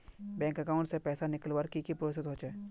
Bank account से पैसा निकालवर की की प्रोसेस होचे?